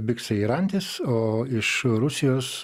biksai ir antis o iš rusijos